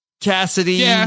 Cassidy